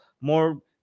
more